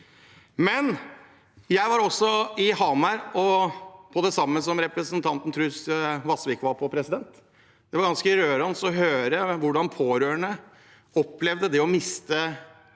Jeg var også i Hamar, på det samme som representanten Truls Vasvik var på. Det var ganske rørende å høre hvordan pårørende opplevde det å miste